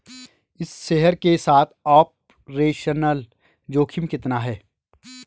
इस शेयर के साथ ऑपरेशनल जोखिम कितना है?